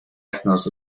asnos